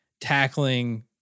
tackling